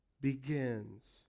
begins